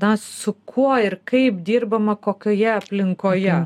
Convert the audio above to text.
na su kuo ir kaip dirbama kokioje aplinkoje